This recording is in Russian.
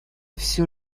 все